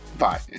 Bye